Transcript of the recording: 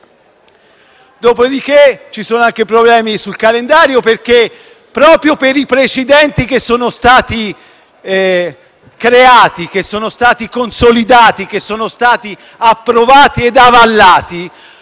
Dopodiché, ci sono anche problemi sul calendario dei lavori perché, proprio per i precedenti che sono stati creati, consolidati, approvati e avallati,